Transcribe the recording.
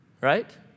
right